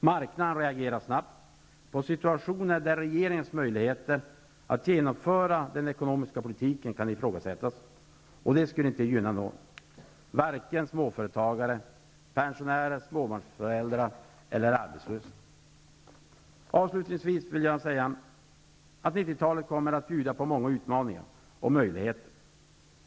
Marknaden reagerar snabbt på situationer som innebär att regeringens möjligheter att genomföra sin ekonomiska politik kan ifrågasättas. Detta skulle inte gynna någon, varken småföretagare, pensionärer, småbarnsföräldrar eller arbetslösa. Avslutningsvis vill jag säga att 90-talet kommer att bjuda på många utmaningar och möjligheter.